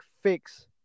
fix